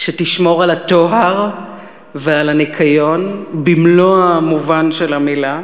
שתשמור על הטוהר ועל הניקיון במלוא המובן של המילה.